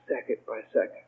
second-by-second